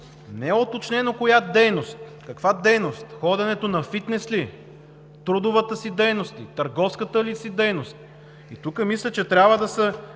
Не е уточнено коя дейност, каква дейност – ходенето на фитнес ли, трудовата си дейност ли, търговската си дейност ли? И тук мисля, че трябва да се